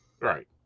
Right